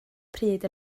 pryd